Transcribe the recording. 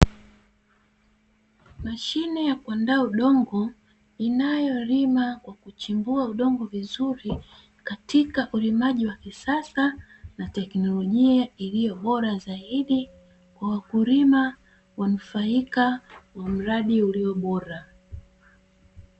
Mashine ya kuandaa udongo inayolima kwa kuchimbua udongo vizuri katika ulimaji wa kisasa na teknolojia iliyobora zaidi kwa wakulima wanufaika wa mradi ulio bora.